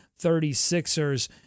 36ers